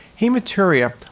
hematuria